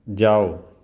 ਜਾਓ